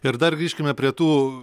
ir dar grįžkime prie tų